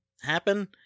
happen